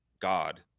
God